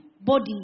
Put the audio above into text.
body